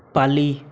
पाली